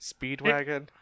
Speedwagon